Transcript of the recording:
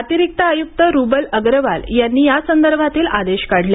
अतिरिक्त आयुक्त रुबल अग्रवाल यांनी यासंदर्भातील आदेश काढले